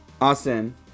Austin